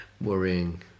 worrying